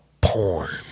porn